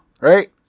Right